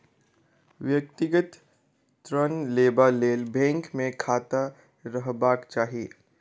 व्यक्तिगत ऋण लेबा लेल बैंक मे खाता रहबाक चाही